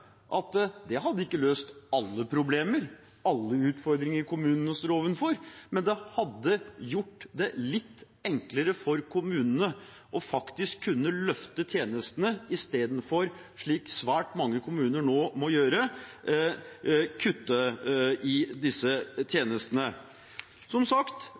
at det hadde ikke løst alle problemer, alle utfordringene kommunene står overfor, men det hadde gjort det litt enklere for kommunene faktisk å kunne løfte tjenestene – i stedet for, slik svært mange kommuner nå må gjøre, å kutte i disse tjenestene. Som sagt: